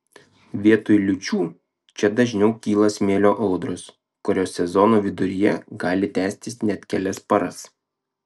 vietoj liūčių čia dažniau kyla smėlio audros kurios sezono viduryje gali tęstis net kelias paras